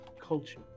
culture